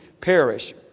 perish